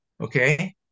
Okay